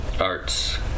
arts